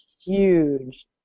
huge